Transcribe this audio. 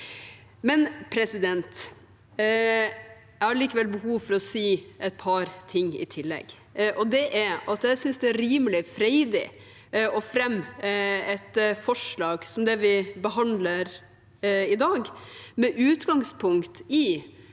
meg bak. Jeg har likevel behov for å si et par ting i tillegg. Det er at jeg synes det er rimelig freidig å fremme et forslag som det vi behandler i dag, med utgangspunkt i